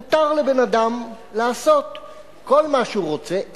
מותר לבן-אדם לעשות כל מה שהוא רוצה,